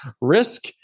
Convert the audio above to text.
Risk